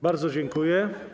Bardzo dziękuję.